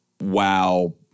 wow